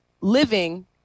living